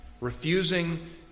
Refusing